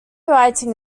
writing